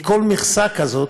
מכל מכסה כזאת,